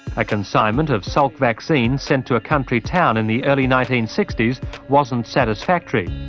a consignment of salk vaccines sent to a country town in the early nineteen sixty s wasn't satisfactory.